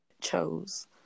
chose